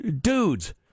dudes